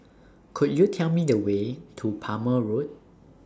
Could YOU Tell Me The Way to Palmer Road